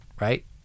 right